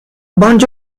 bunch